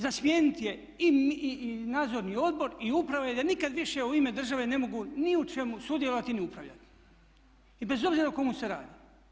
Za smijeniti je i nadzorni odbor i uprave i da nikada više u ime države ne mogu ni u čemu sudjelovati ni upravljati i bez obzira o komu se radi.